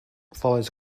follows